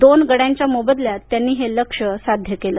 दोन गड्यांच्या मोबदल्यात त्यांनी हे लक्ष्य साध्य केलं